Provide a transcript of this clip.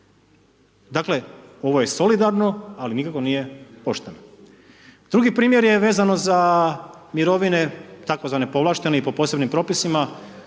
Dakle, ovo je solidarno, ali nikako nije pošteno. Drugi primjer je vezano za mirovine, tako zvane povlaštene i po posebnim propisima,